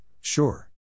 sure